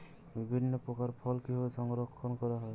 বিভিন্ন প্রকার ফল কিভাবে সংরক্ষণ করা হয়?